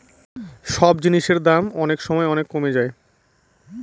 সব জিনিসের দাম অনেক সময় অনেক কমে যায়